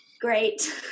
great